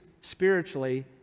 spiritually